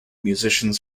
musicians